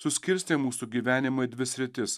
suskirstė mūsų gyvenimą į dvi sritis